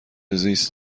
زیست